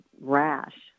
rash